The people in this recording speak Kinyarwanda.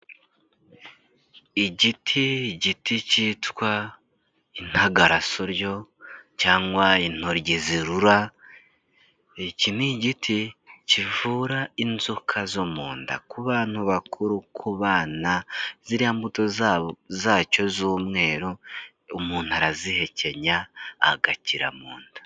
Igiti, giti cyitwa intagarasoryo, cyangwa intoryi zirura, iki ni igiti kivura inzoka zo mu nda ku bantu bakuru, ku banana, ziriya mbuto zacyo z'umweru, umuntu arazihekenya agakira mu nda.